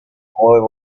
quo